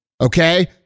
okay